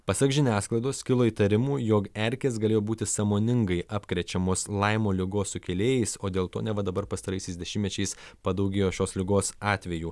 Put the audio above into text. pasak žiniasklaidos kilo įtarimų jog erkės galėjo būti sąmoningai apkrečiamos laimo ligos sukėlėjais o dėl to neva dabar pastaraisiais dešimtmečiais padaugėjo šios ligos atvejų